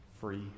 Free